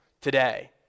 today